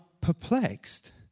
perplexed